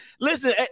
listen